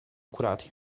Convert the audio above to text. curati